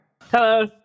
Hello